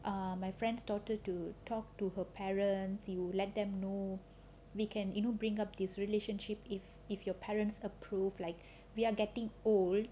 ah my friend's daughter to talk to her parents you let them know we can you know bring up this relationship if if your parents approve like we are getting old